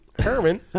Herman